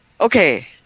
okay